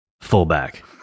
fullback